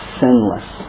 sinless